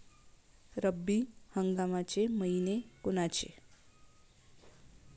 रब्बी हंगामाचे मइने कोनचे?